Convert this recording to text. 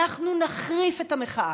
אנחנו נחריף את המחאה.